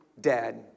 dad